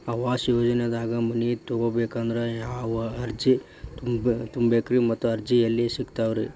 ಆವಾಸ ಯೋಜನೆದಾಗ ಮನಿ ತೊಗೋಬೇಕಂದ್ರ ಯಾವ ಅರ್ಜಿ ತುಂಬೇಕ್ರಿ ಮತ್ತ ಅರ್ಜಿ ಎಲ್ಲಿ ಸಿಗತಾವ್ರಿ?